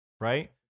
right